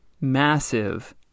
massive